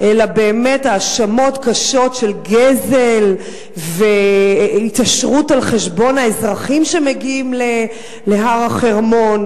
אלא האשמות קשות על גזל והתעשרות על חשבון האזרחים שמגיעים להר החרמון.